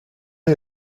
est